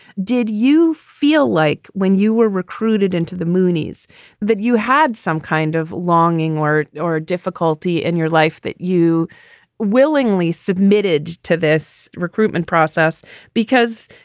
did you feel like when you were recruited into the moonies that you had some kind of longing or or a difficulty in your life that you willingly submitted to this recruitment process because,